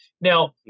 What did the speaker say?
Now